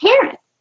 parents